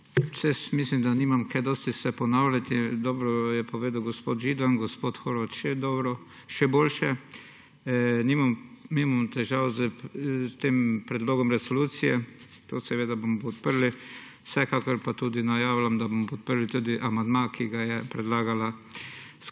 jaz mislim, da nimam kaj dosti se ponavljati. Dobro je povedal gospod Židan, gospod Horvat še dobro, še boljše. Nimam težav s tem predlogom resolucije. To seveda bomo podprli. Vsekakor pa tudi najavljam, da bomo podprli tudi amandma, ki ga je predlagala